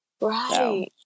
Right